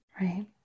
Right